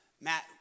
Matt